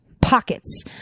pockets